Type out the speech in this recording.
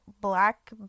black